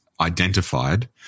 identified